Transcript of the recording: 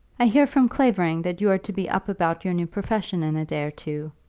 i hear from clavering that you are to be up about your new profession in a day or two.